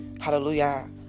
hallelujah